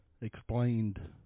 explained